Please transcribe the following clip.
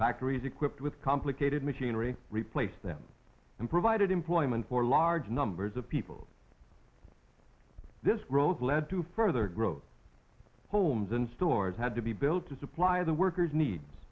factories equipped with complicated machinery replace them and provided employment for large numbers of people this growth led to further growth homes and stores had to be built to supply the workers needs